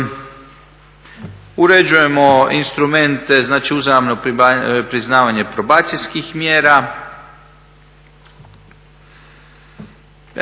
Uređujemo instrumente, znači uzajamno priznavanje probacijskih mjera,